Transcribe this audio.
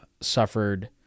suffered